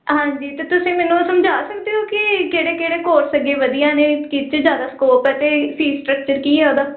ਹਾਂਜੀ ਅਤੇ ਤੁਸੀਂ ਮੈਨੂੰ ਸਮਝਾ ਸਕਦੇ ਹੋ ਕਿ ਕਿਹੜੇ ਕਿਹੜੇ ਕੋਰਸ ਅੱਗੇ ਵਧੀਆ ਨੇ ਕਿਸ 'ਚ ਜ਼ਿਆਦਾ ਸਕੋਪ ਹੈ ਅਤੇ ਫੀ ਸਟਰਕਚਰ ਕੀ ਹੈ ਉਹਦਾ